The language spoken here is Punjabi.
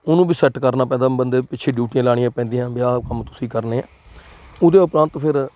ਉਹਨੂੰ ਵੀ ਸੈਟ ਕਰਨਾ ਪੈਂਦਾ ਬੰਦੇ ਪਿੱਛੇ ਡਿਊਟੀਆਂ ਲਗਾਉਣੀਆਂ ਪੈਂਦੀਆਂ ਵੀ ਇਹ ਕੰਮ ਤੁਸੀਂ ਕਰਨੇ ਆ ਉਹਦੇ ਉਪਰੰਤ ਫਿਰ